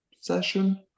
session